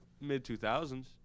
mid-2000s